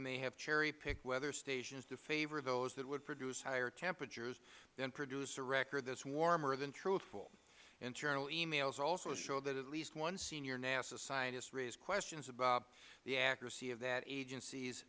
may have cherry picked weather stations to favor those that would produce higher temperatures that produce a record that is warmer than truthful internal e mails also showed that at least one senior nasa scientist raised questions about the accuracy of that agenc